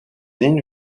lignes